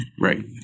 Right